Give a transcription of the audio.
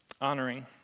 honoring